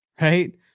right